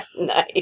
nice